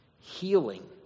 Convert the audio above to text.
healing